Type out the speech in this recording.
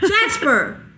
Jasper